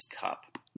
Cup